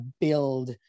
build